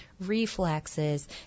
reflexes